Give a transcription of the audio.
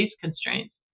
constraints